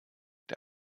der